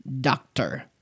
doctor